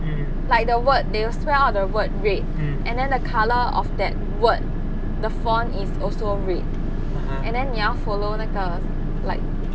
like the word they will spell out the word red and then the colour of that word the font is also red and then 你要 follow 那个 like